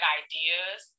ideas